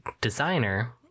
designer